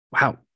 Wow